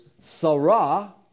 Sarah